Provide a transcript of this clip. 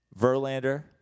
Verlander